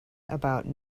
about